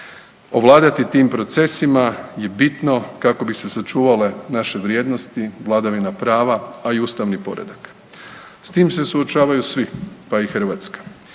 Ovladati tim procesima je bitno kako bi se sačuvale naše vrijednosti, vladavina prava a i ustavni poredak. S tim se suočavaju svi pa i Hrvatska,